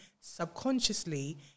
subconsciously